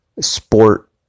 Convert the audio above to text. sport